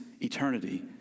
eternity